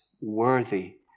worthy